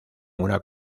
una